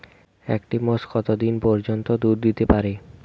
একটি মোষ কত দিন পর্যন্ত দুধ দিতে পারে?